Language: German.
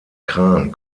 kran